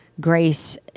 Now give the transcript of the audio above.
grace